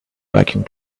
vacuum